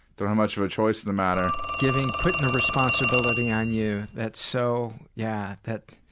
don't have much of a choice in the matter. giving putting the responsibility on you. that's so yeah, that